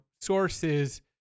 sources